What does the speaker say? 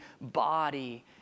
body